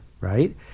Right